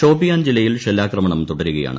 ഷ്ടോപ്പിയാൻ ജില്ലയിൽ ഷെല്ലാക്രമണം തുടരുകയാണ്